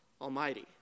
Almighty